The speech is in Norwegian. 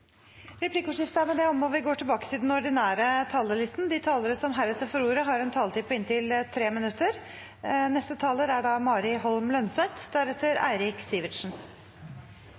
Replikkordskiftet er med det omme. De talere som heretter får ordet, har en taletid på inntil 3 minutter. Vi er